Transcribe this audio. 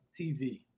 TV